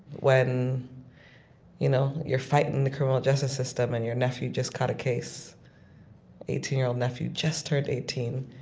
when you know you're fighting the criminal justice system, and your nephew just caught a case eighteen year old nephew, just turned eighteen.